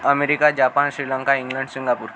America Japan Sri Lanka England Singapore